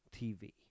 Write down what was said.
TV